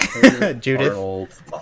Judith